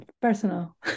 personal